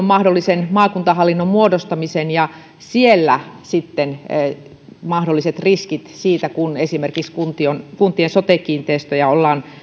mahdollisen maakuntahallinnon muodostamisen ja siellä mahdolliset riskit siitä kun esimerkiksi kuntien kuntien sote kiinteistöjä ollaan